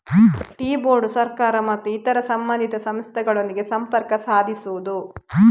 tea board ಸರ್ಕಾರ ಮತ್ತು ಇತರ ಸಂಬಂಧಿತ ಸಂಸ್ಥೆಗಳೊಂದಿಗೆ ಸಂಪರ್ಕ ಸಾಧಿಸುವುದು